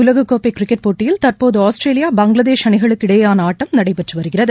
உலகக்கோப்பை கிரிக்கெட் போட்டியில் தற்போது ஆஸ்திரேலியா பங்களாதேஷ் அணிகளுக்கிடையேயான ஆட்டம் நடைபெற்று வருகிறது